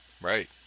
Right